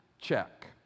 check